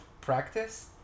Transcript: practice